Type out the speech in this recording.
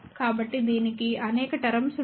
కాబట్టి దీనికి అనేక టర్మ్స్ ఉంటాయి